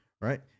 Right